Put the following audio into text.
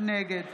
נגד